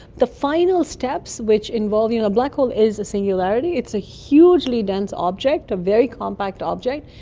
the final steps which involve, you know, a black hole is a singularity, it's a hugely dense object, a very compact object.